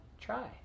try